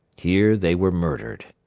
here they were murdered.